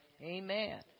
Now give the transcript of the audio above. Amen